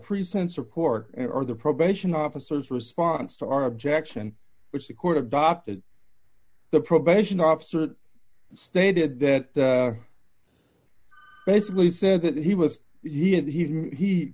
present support for the probation officers response to our objection which the court adopted the probation officer stated that basically said that he was yes he he